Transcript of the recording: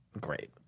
Great